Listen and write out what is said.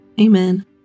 Amen